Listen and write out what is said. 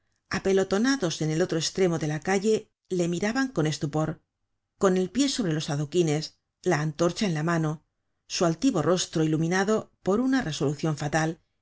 apelotonados en el otro estremo de la calle le miraban con estupor con el pie sobre los adoquines la antorcha en la mano su altivo rostro iluminado por una resolucion fatal